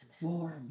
warm